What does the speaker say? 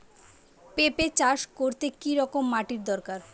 পেঁপে চাষ করতে কি রকম মাটির দরকার?